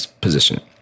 position